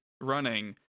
running